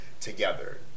together